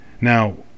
Now